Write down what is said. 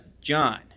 John